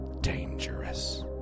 dangerous